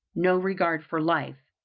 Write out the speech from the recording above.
no regard for life.